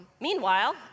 meanwhile